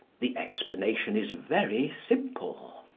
the explanation is very simple.